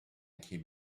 came